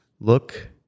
look